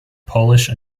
polish